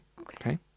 okay